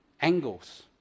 angles